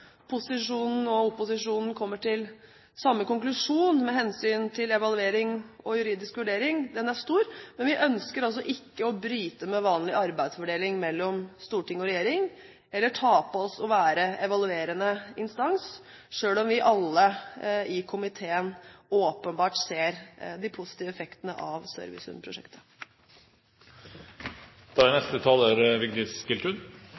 posisjonen og opposisjonen kommer til samme konklusjon med hensyn til evaluering og juridisk vurdering, er stor. Men vi ønsker altså ikke å bryte med vanlig arbeidsfordeling mellom storting og regjering, eller ta på oss å være evaluerende instans, selv om vi alle i komiteen åpenbart ser de positive effektene av